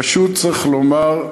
פשוט צריך לומר: